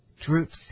troops